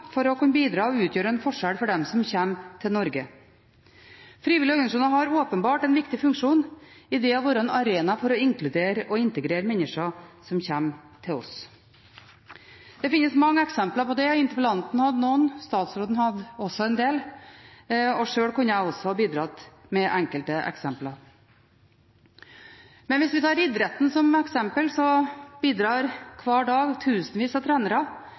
for å kunne bidra og utgjøre en forskjell for dem som kommer til Norge. Frivillige organisasjoner har åpenbart en viktig funksjon i det å være en arena for å inkludere og integrere mennesker som kommer til oss. Det finnes mange eksempler på det – interpellanten hadde noen, statsråden hadde også en del, og sjøl kunne jeg også bidratt med enkelte eksempler. Hvis vi tar idretten som eksempel, bidrar hver dag tusenvis av trenere